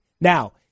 Now